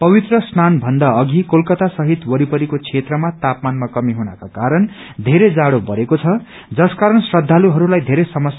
पवित्र स्नान भन्दा अघि कलकता सहित वरिपरिको क्षेत्रमा तापमानमा कमी हुनको कारण बेरै जाड़ो बढ़ेको छ जसकारण श्रद्धालुइस्लाई बेरै समस्या हुनेछ